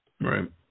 Right